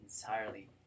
entirely